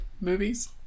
movies